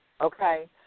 okay